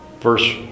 verse